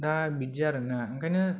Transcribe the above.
दा बिदि आरो ना ओंखायनो